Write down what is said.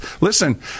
Listen